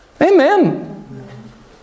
Amen